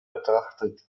betrachtet